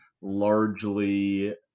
largely